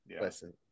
Listen